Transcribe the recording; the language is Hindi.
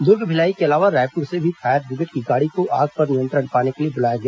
दूर्ग भिलाई के अलावा रायपुर से भी फायर बिग्रेड की गाड़ी को आग पर नियंत्रण पाने के लिए बुलाया गया